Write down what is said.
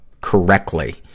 correctly